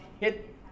hit